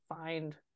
find